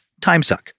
timesuck